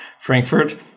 Frankfurt